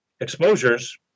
exposures